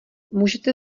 můžete